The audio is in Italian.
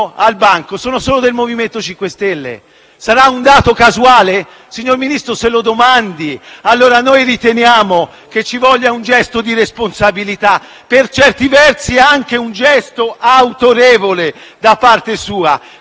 Sarà un dato casuale? Signor Ministro, se lo domandi. Riteniamo che ci voglia un gesto di responsabilità, per certi versi anche un gesto autorevole da parte sua e con forza, perché abbiamo capito